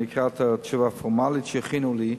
אני אקרא את התשובה הפורמלית שהכינו לי,